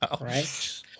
Right